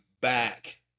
back